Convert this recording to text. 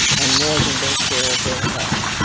and more than their share of ill-health.